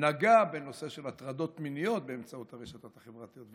נגע בנושא של הטרדות מיניות באמצעות הרשתות החברתיות,